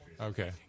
Okay